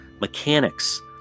mechanics